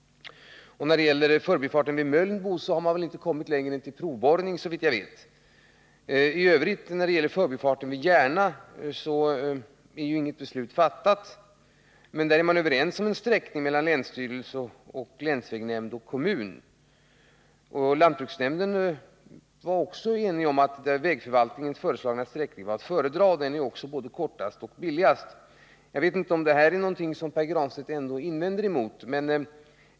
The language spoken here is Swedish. Och när det gäller förbifarten i Mölnbo har man såvitt jag vet inte kommit längre än till provborrningar. När det gäller förbifarten vid Järna är inget beslut fattat, men där är länsstyrelsen, länsvägnämnden och kommunen överens om sträckningen. Lantbruksnämnden tycker också att den av vägförvaltningen föreslagna sträckan är att föredra, och den är också både kortast och billigast. Jag vet inte om Pär Granstedt har någonting att invända mot detta.